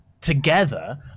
together